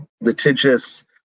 litigious